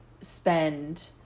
spend